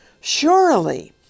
Surely